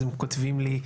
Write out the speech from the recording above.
הם כותבים לי: